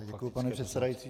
Děkuji, pane předsedající.